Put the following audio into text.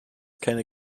keine